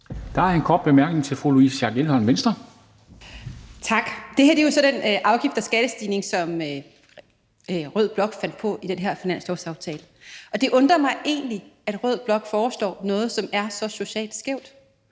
Venstre. Kl. 11:14 Louise Schack Elholm (V): Tak. Det her er jo så den afgifts- og skattestigning, som rød blok fandt på i den her finanslovsaftale, og det undrer mig egentlig, at rød blok foreslår noget, som er så socialt skævt.